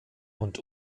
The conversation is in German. und